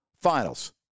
finals